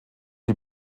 die